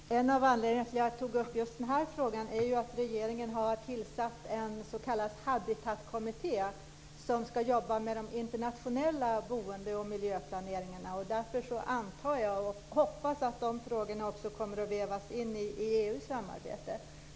Herr talman! En av anledningarna till att jag tog upp just den här frågan är att regeringen har tillsatt en s.k. habitatkommitté som ska jobba med internationell miljö och boendeplanering. Därför hoppas jag att dessa frågor kommer att vävas in i EU-samarbetet.